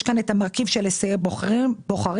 יש כאן את מרכיב היסעי הבוחרים.